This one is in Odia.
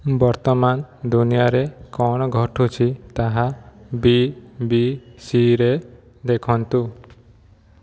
ବର୍ତ୍ତମାନ ଦୁନିଆରେ କ'ଣ ଘଟୁଛି ତାହା ବିବିସିରେ ଦେଖନ୍ତୁ